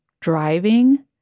driving